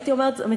מבחינתי אתה צודק.